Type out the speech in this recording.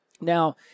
Now